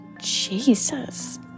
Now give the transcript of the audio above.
jesus